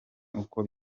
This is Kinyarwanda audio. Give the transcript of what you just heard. uko